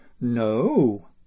No